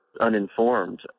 uninformed